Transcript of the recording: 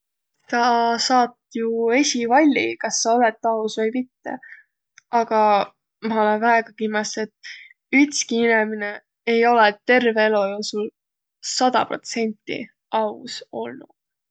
Sa saat ju esiq valliq, kas sa olõt aus või mitte. Aga ma olõ väega kimmäs, et ütski inemine ei olõq terve elo joosul sada protsenti aus olnuq.